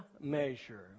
measure